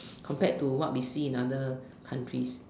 compared to what we see see in other countries